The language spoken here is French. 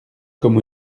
comme